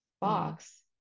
box